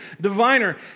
diviner